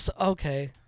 okay